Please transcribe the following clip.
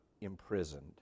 imprisoned